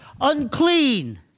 Unclean